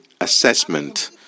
assessment